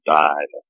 died